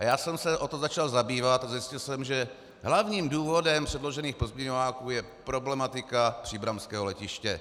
A já jsem se o to začal zajímat a zjistil jsem, že hlavním důvodem předložených pozměňováků je problematika příbramského letiště.